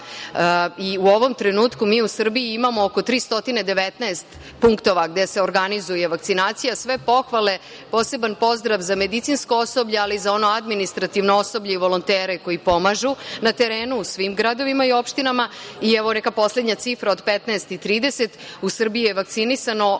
ovom trenutku mi u Srbiji imamo oko 319 punktova gde se organizuje vakcinacija. Sve pohvale, poseban pozdrav za medicinsko osoblje, ali i za ono administrativno osoblje i volontere koji pomažu na terenu u svim gradovima i opštinama i evo, neka poslednja cifra, od 15.30 u Srbiji je vakcinisano